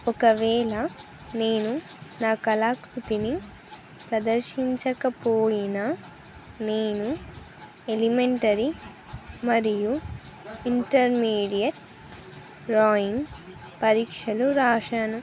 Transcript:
ఒకవేళ నేను నా కళాకృతిని ప్రదర్శించకపోయిన నేను ఎలిమెంటరీ మరియు ఇంటర్మీడియట్ డ్రాయింగ్ పరీక్షలు వ్రాసాను